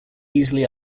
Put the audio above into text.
easily